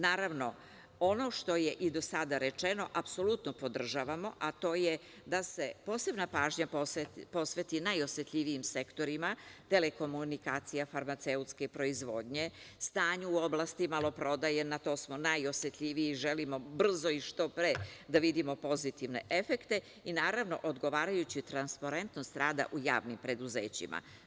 Naravno, ono što je i do sada rečeno apsolutno podržavamo, a to je da se posebna pažnja posveti najosetljivijim sektorima telekomunikacija, farmaceutske proizvodnje, stanje u oblasti maloprodaje na to smo najosetljiviji, želimo brzo i što pre da vidimo pozitivne efekte i naravno odgovarajuću transparentnost rada u javnim preduzećima.